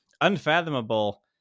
Unfathomable